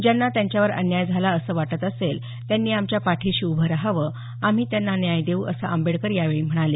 ज्यांना त्यांच्यावर अन्याय झाला असे वाटत असेल त्यांनी आमच्या पाठीशी उभे राहावे आम्ही त्यांना न्याय देऊ असं आंबेडकर यावेळी म्हणाले